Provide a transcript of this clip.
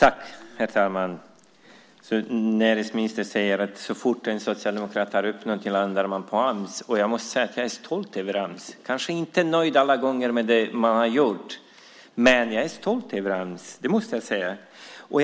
Herr talman! Näringsministern säger att så fort en socialdemokrat tar upp någonting så börjar man prata om Ams. Jag måste säga jag är stolt över Ams! Jag kanske inte är nöjd med det man har gjort alla gånger, men jag måste säga att jag är stolt över Ams.